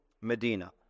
Medina